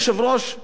וזה לא נאמר,